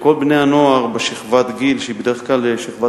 שכל בני-הנוער בשכבת גיל שהיא בדרך כלל שכבת